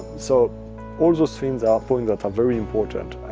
so all those things are points that are very important.